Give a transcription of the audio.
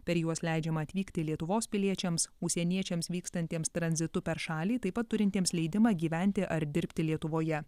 per juos leidžiama atvykti lietuvos piliečiams užsieniečiams vykstantiems tranzitu per šalį taip pat turintiems leidimą gyventi ar dirbti lietuvoje